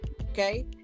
okay